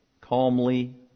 Calmly